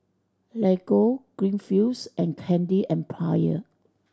Lego Greenfields and Candy Empire